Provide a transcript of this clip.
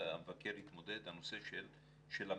המבקר התמודד אתה בנושא של המצ'ינג.